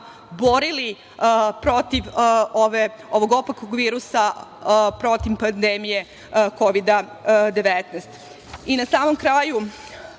borili protiv ovog opakog virusa, protiv pandemije Kovida-19.Na samom kraju,